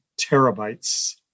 terabytes